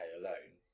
alone